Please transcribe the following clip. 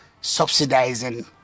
subsidizing